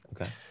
Okay